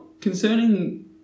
concerning